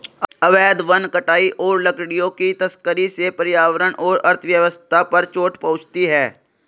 अवैध वन कटाई और लकड़ियों की तस्करी से पर्यावरण और अर्थव्यवस्था पर चोट पहुँचती है